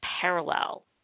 parallel –